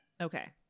Okay